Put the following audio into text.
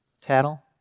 tattle